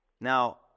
Now